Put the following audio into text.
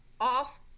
off